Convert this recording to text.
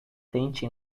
tente